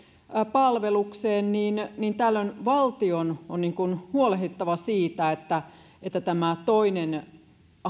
palvelukseen niin niin tällöin valtion on huolehdittava siitä että että tämä toinen